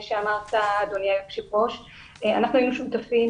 אנחנו היינו שותפים